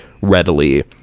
readily